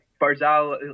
Barzal